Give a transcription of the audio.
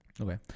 Okay